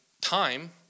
time